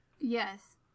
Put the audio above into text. Yes